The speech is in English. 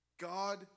God